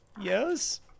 yes